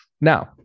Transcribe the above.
Now